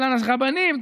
אבל הרבנים,